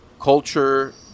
Culture